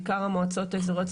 בעיקר המועצות האזוריות,